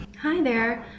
hi there,